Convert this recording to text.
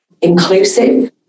inclusive